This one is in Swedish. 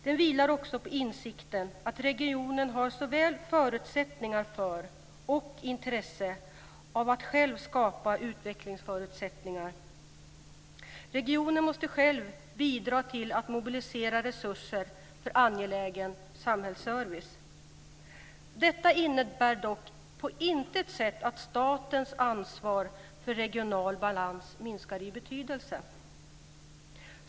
Den vilar också på insikten att regionen har såväl förutsättningar för som intresse av att själv skapa utvecklingsförutsättningar. Regionen måste själv bidra till att resurser mobiliseras för angelägen samhällsservice. Detta innebär dock på intet sätt att statens ansvar för regional balans minskar i betydelse.